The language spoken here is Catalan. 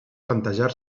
plantejar